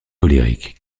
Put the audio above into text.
colérique